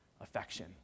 affection